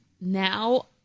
now